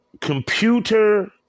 computer